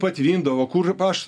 patvindavo kur aš